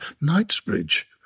Knightsbridge